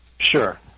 Sure